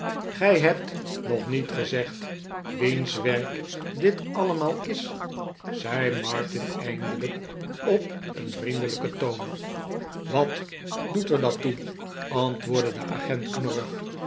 gij hebt nog niet gezegd wiens werk dit allemaal is zei martin eindelijk op een heel vriendelijken toon wat doet er dat toe antwoordde de agent